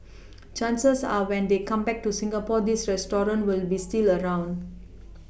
chances are when they come back to Singapore these restaurants will be still around